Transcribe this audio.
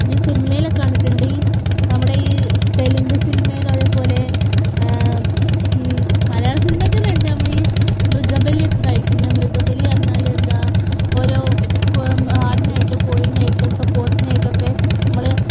ഈ സിനിമയിലൊക്കെ കണ്ടിട്ടുണ്ട് ഈ നമ്മുടെ ഈ തെലുങ്ക് സിനിമയിലും അതേപോലെ മലയാള സിനിമയില് തന്നെ ഉണ്ട് നമ്മളീ മൃഗബലി ഒക്കെ കഴിക്കുന്ന മൃഗബലി പറഞ്ഞാല് എന്താ ഓരോ ആടിനായിട്ടും കോഴിക്കായിട്ടും ഇപ്പോള് പോത്തിനായിട്ടൊക്കെ നമ്മള്